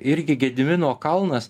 irgi gedimino kalnas